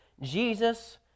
Jesus